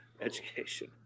education